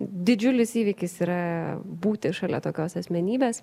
didžiulis įvykis yra būti šalia tokios asmenybės